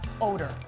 odor